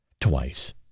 twice